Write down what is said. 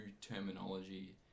terminology